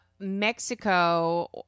Mexico